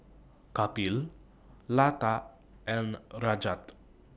Kapil Lata and Rajat